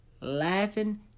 Laughing